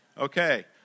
Okay